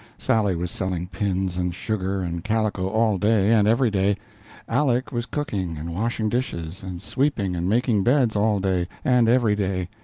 sally was selling pins and sugar and calico all day and every day aleck was cooking and washing dishes and sweeping and making beds all day and every day,